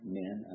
men